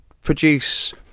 produce